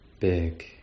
big